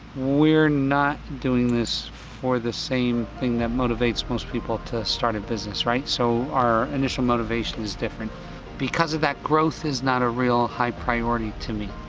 we're not doing this for the same thing that motivates most people to start a business, right so our initial motivation is different because of that growth is not a real high priority to me.